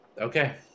Okay